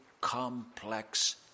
complex